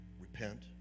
repent